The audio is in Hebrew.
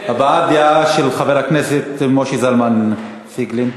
הבעת דעה של חבר הכנסת משה זלמן פייגלין.